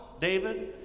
David